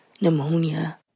pneumonia